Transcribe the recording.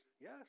yes